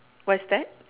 what is that